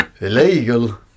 illegal